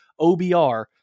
OBR